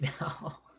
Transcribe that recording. now